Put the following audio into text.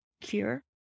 cure